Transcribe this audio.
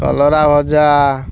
କଲରା ଭଜା